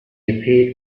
appeared